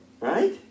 Right